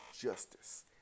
justice